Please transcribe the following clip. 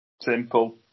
Simple